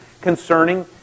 concerning